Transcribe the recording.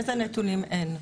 אילו נתונים חסרים?